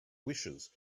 wishes